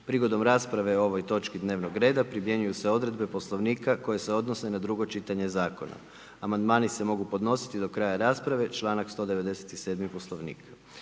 Prigodom rasprave o ovoj točki dnevnog reda, primjenjuju se odredbe poslovnika koji se odnose na drugo čitanje ovog zakona. Amandman se sukladno poslovniku mogu podnositi do kraja rasprave, što je u skladu